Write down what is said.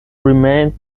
remained